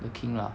the king lah